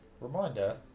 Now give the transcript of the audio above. Reminder